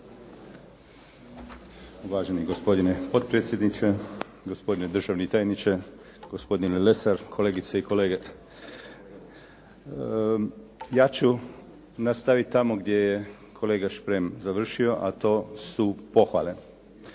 Uvaženi gospodine potpredsjedniče, gospodine državni tajniče, gospodine Lesar, kolegice i kolege. Ja ću nastaviti tamo gdje je kolega Šprem završio a to su pohvale,